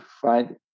find